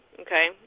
okay